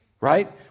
Right